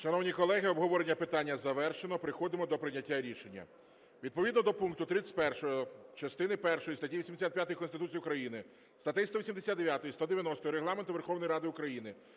Шановні колеги, обговорення питання завершено, переходимо до прийняття рішення. Відповідно до пункту 31 частини першої статті 85 Конституції України, статей 189, 190 Регламенту Верховної Ради України,